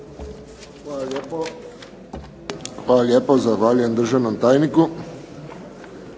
Hvala lijepo državnom tajniku.